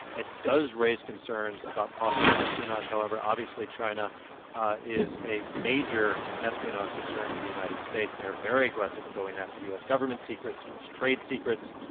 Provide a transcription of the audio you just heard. ah does raise concerns about possible espionage, however. obviously, china is a major espionage concern for the united states. they are very aggressive in going after u s. government secrets, u s. trade secrets.